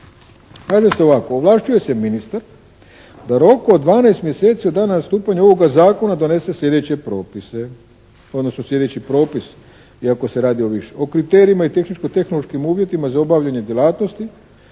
Kaže se ovako: “Ovlašćuje se ministar da u roku od 12 mjeseci od dana stupanja ovoga zakona donese slijedeće propise“ odnosno slijedeći propis iako se radi o više. O kriterijima i tehničko-tehnološkim uvjetima za obavljanje djelatnosti